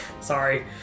sorry